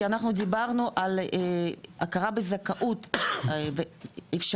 כי אנחנו דיברנו על הכרה בזכאות ואפשרות